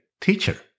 Teacher